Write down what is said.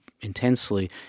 intensely